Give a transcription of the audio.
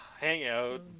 hangout